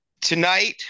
Tonight